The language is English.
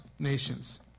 Nations